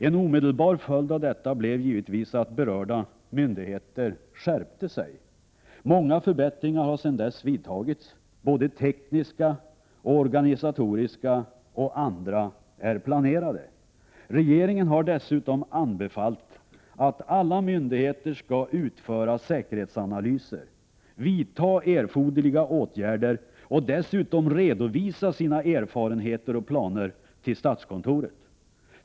En omedelbar följd av detta blev givetvis att berörda myndigheter skärpte sig. Många förbättringar har sedan dess vidtagits, både tekniska och organisatoriska, och andra är planerade. Regeringen har dessutom anbefallt att alla myndigheter skall utföra säkerhetsanalyser, vidta erforderliga åtgärder och dessutom redovisa sina erfarenheter och planer till statskontoret.